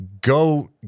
go